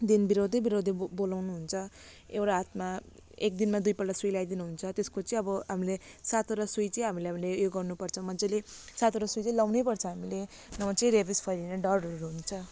दिन बिराउँदै बिराउँदै अब बोलाउनुहुन्छ एउटा हातमा एक दिनमा दुईपल्ट सुई लगाइदिनु हुन्छ त्यसको चाहिँ अब हामीले सातवटा सुई चाहिँ हामीले हामीले उयो गर्नुपर्छ मजाले सातवटा सुई चाहिँ लगाउनैपर्छ हामीले नभए चाहिँ र्याबिस फैलिने डरहरू हुन्छ